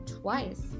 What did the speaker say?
twice